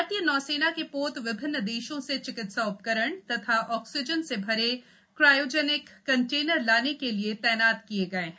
भारतीय नौसेना के पोत विभिन्न देशों से चिकित्सा उपकरण तथा ऑक्सीजन से भरे क्रायोजनिक कंटेनर लाने के लिए तैनात किए गए हैं